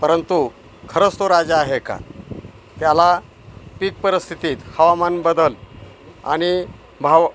परंतु खरंच तो राजा आहे का त्याला पीक परिस्थितीत हवामान बदल आणि भाव